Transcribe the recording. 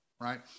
right